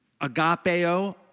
agapeo